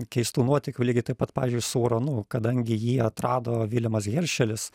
keistų nuotykių lygiai taip pat pavyzdžiui su uranu kadangi jį atrado viljamas heršelis